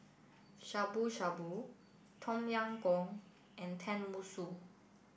Shabu Shabu Tom Yam Goong and Tenmusu